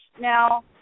Now